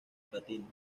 platino